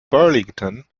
burlington